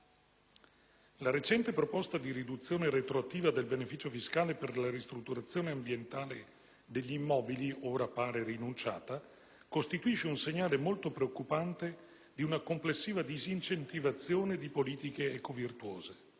La recente proposta di riduzione retroattiva del beneficio fiscale per la ristrutturazione ambientale degli immobili - ora, pare, rinunciata - costituisce un segnale molto preoccupante di una complessiva disincentivazione di politiche ecovirtuose.